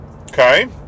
Okay